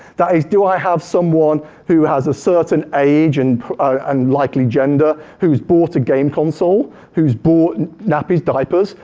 that is, do i have someone who has a certain age and um likely gender who's bought a game console, who's bought and nappies, diapers,